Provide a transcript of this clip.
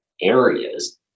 areas